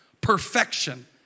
perfection